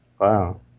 wow